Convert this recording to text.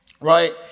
Right